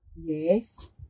Yes